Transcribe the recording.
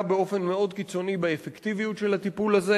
באופן מאוד קיצוני באפקטיביות של הטיפול הזה.